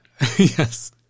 Yes